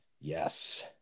yes